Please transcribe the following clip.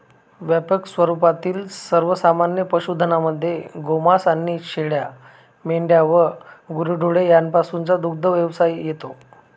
व्यापक स्वरूपातील सर्वमान्य पशुधनामध्ये गोमांस आणि शेळ्या, मेंढ्या व गुरेढोरे यापासूनचा दुग्धव्यवसाय येतो